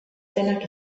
etenak